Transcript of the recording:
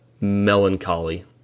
melancholy